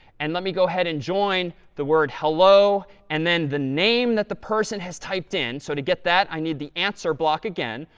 and let me go ahead and join the word hello and then the name that the person has typed in. so to get that, i need the answer block again.